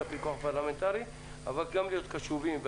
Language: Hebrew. הפיקוח הפרלמנטרי אבל גם להיות קשובים.